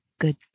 good